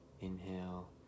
inhale